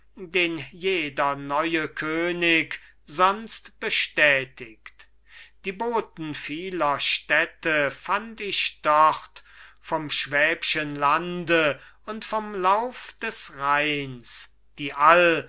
den jeder neue könig sonst bestätigt die boten vieler städte fand ich dort vom schwäb'schen lande und vom lauf des rheins die all